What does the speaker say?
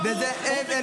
הוא הגיש לך